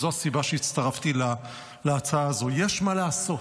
וזו הסיבה שהצטרפתי להצעה הזו: יש מה לעשות,